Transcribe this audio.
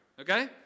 okay